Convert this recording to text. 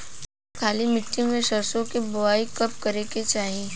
काली मिट्टी में सरसों के बुआई कब करे के चाही?